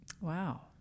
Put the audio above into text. Wow